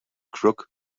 crook